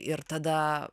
ir tada